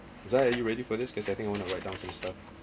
zai are you ready for this because I think I wanna write down some stuff